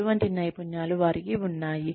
ఎటువంటి నైపుణ్యాలు వారికి ఉన్నాయి